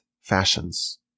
fashions